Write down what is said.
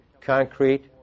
concrete